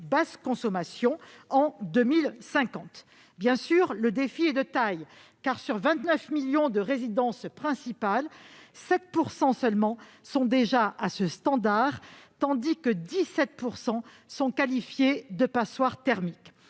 basse consommation en 2050. Bien sûr, le défi est de taille : sur les 29 millions de résidences principales que compte notre pays, seulement 7 % sont déjà à ce standard, tandis que 17 % sont qualifiées de passoires thermiques.